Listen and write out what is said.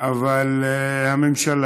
אבל הממשלה,